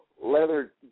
leather